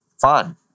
fun